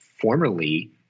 formerly